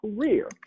career